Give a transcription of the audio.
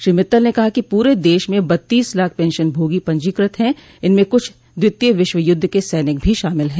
श्री मित्तल ने कहा कि पूरे देश में बत्तीस लाख पेंशन भोगी पंजीकृत है इनमें कुछ द्वितीय विश्व युद्ध के सैनिक भी शामिल है